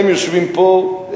הם יושבים פה,